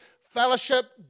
Fellowship